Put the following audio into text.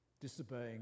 disobeying